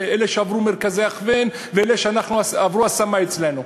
אלה שעברו מרכזי הכוון ואלה שעברו השמה אצלנו.